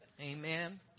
Amen